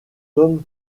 tom